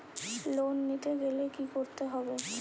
Loan নিতে গেলে কি করতে হবে?